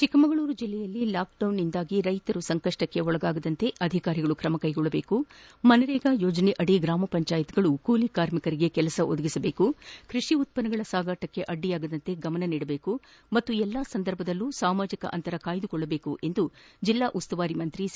ಚಿಕ್ಕಮಗಳೂರು ಜಿಲ್ಲೆಯಲ್ಲಿ ಲಾಕ್ಡೌನ್ನಿಂದಾಗಿ ರೈತರು ಸಂಕಷ್ಟಕ್ಕೆ ಒಳಗಾಗದಂತೆ ಅಧಿಕಾರಿಗಳು ಕ್ರಮ ಕೈಗೊಳ್ಳಬೇಕು ನರೇಗಾ ಯೋಜನೆಯಡಿ ಗ್ರಾಮ ಪಂಚಾಯತ್ಗಳು ಕೂಲಿ ಕಾರ್ಮಿಕರಿಗೆ ಕೆಲಸ ಒದಗಿಸಬೇಕು ಕೃಷಿ ಉತ್ಪನ್ನಗಳ ಸಾಗಣೆಗೆ ಅಡ್ಡಿಯಾಗದಂತೆ ಗಮನ ಹರಿಸಬೇಕು ಹಾಗೂ ಎಲ್ಲಾ ಸಂದರ್ಭದಲ್ಲೂ ಸಾಮಾಜಿಕ ಅಂತರ ಕಾಯ್ದುಕೊಳ್ಳಬೇಕು ಎಂದು ಜಿಲ್ಲಾ ಉಸ್ತುವಾರಿ ಸಚಿವ ಸಿ